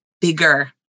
bigger